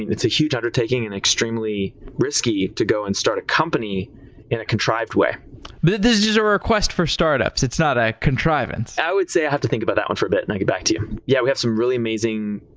it's a huge undertaking and extremely risky to go and start a company in a contrived way. but this is just a request for startups. it's not a contrivance. i would say you have to think about that one for a bit and i'd get back to you. yeah, we have some really amazing,